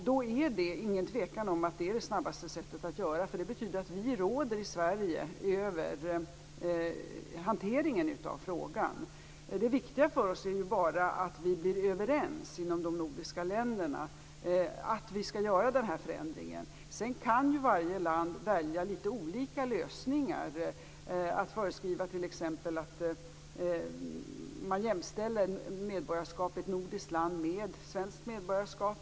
Det är ingen tvekan om att det är det snabbaste sättet. Det betyder nämligen att vi råder i Sverige över hanteringen av frågan. Det viktiga är bara att vi blir överens inom de nordiska länderna om att göra den här förändringen. Varje land kan sedan välja litet olika lösningar, och t.ex. föreskriva att medborgarskap i ett nordiskt land jämställs med svenskt medborgarskap.